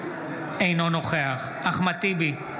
אינו נוכח אחמד טיבי,